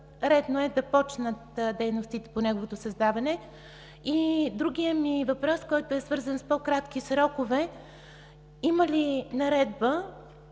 редно е да започнат дейностите по неговото създаване. Другият ми въпрос, който е свързан с по-кратки срокове, е: приета